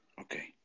Okay